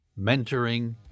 mentoring